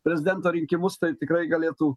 prezidento rinkimus tai tikrai galėtų